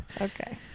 Okay